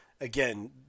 again